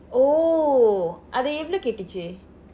oh அது எவ்வளவு கேட்டது:athu evvalavu keetdathu